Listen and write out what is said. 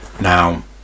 Now